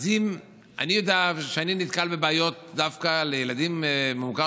אני יודע שאני נתקל בבעיות דווקא אצל ילדים במוכר